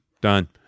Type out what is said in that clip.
done